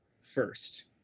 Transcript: first